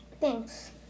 Thanks